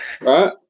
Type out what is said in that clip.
Right